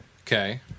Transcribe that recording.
Okay